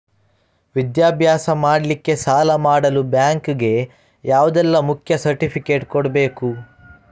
ವಿದ್ಯಾಭ್ಯಾಸ ಮಾಡ್ಲಿಕ್ಕೆ ಸಾಲ ಮಾಡಲು ಬ್ಯಾಂಕ್ ಗೆ ಯಾವುದೆಲ್ಲ ಮುಖ್ಯ ಸರ್ಟಿಫಿಕೇಟ್ ಕೊಡ್ಬೇಕು?